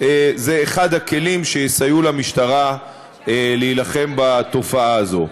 הוא אחד הכלים שיסייעו למשטרה להילחם בתופעה הזאת.